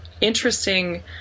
interesting